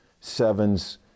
sevens